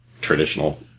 traditional